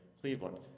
Cleveland